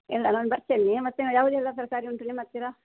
ಇಲ್ಲ ನಾನು ಬರ್ತೇನೆ ಮತ್ತು ಯಾವುದೆಲ್ಲ ತರಕಾರಿ ಉಂಟು ನಿಮ್ಮ ಹತ್ತಿರ